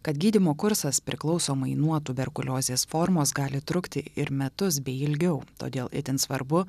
kad gydymo kursas priklausomai nuo tuberkuliozės formos gali trukti ir metus bei ilgiau todėl itin svarbu